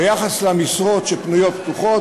ביחס למשרות שפנויות, פתוחות.